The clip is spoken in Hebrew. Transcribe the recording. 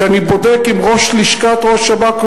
כשאני בודק עם ראש לשכת ראש השב"כ,